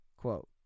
quote